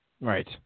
Right